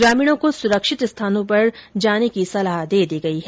गामीणों को सुरक्षित स्थानों पर जाने की सलाह दे दी गई है